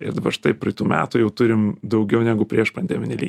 ir dabar štai praeitų metų jau turim daugiau negu prieš pandeminį lygį